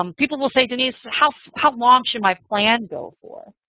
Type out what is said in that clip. um people will say, denise, how so how long should my plan go for?